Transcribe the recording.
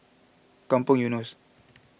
Kampong Eunos